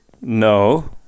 No